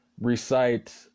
recite